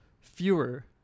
Fewer